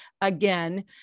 again